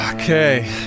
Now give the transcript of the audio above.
Okay